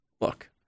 look